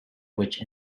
which